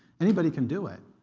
anybody can do it,